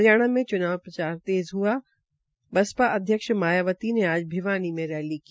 हरियाणा में च्नाव प्रचार तेज़ हुआ बसपा अध्यक्ष मायावती ने आज भिवानी में रैली की